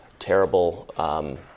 Terrible